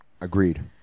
Agreed